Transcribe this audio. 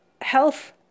health